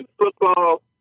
football